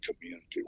community